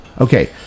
Okay